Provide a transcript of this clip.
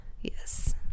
yes